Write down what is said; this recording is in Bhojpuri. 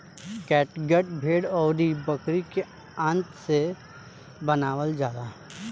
कैटगट भेड़ अउरी बकरी के आंत से बनावल जाला